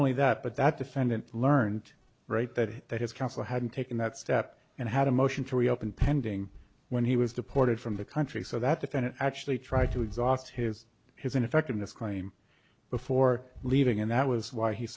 only that but that defendant learned right that that his counsel had taken that step and had a motion to reopen pending when he was deported from the country so that defendant actually tried to exhaust his his ineffectiveness claim before leaving and that was why he